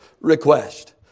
request